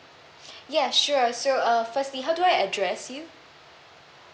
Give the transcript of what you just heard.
ya sure so uh firstly how do I address you